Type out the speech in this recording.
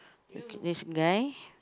okay this guy